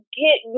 get